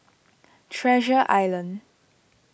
Treasure Island